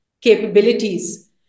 capabilities